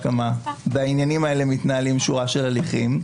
בעניינים האלה מתנהלים שורה של הליכים.